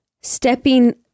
stepping